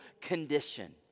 condition